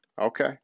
Okay